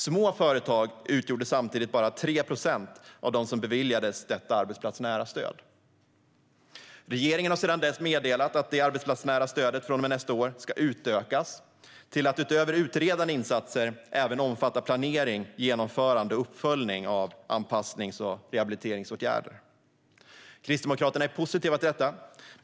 Små företag utgjorde samtidigt bara 3 procent av dem som beviljades detta arbetsplatsnära stöd. Regeringen har sedan dess meddelat att det arbetsplatsnära stödet från och med nästa år ska utökas och, utöver utredande insatser, även omfatta planering, genomförande och uppföljning av anpassnings och rehabiliteringsåtgärder. Kristdemokraterna är positiva till detta.